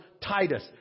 Titus